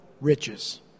riches